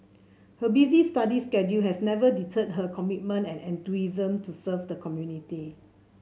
her busy study schedule has never deterred her commitment and enthusiasm to serve the community